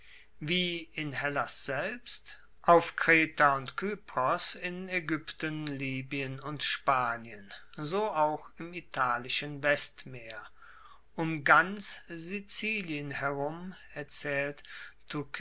wie in hellas selbst auf kreta und kypros in aegypten libyen und spanien so auch im italischen westmeer um ganz sizilien herum erzaehlt